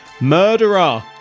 Murderer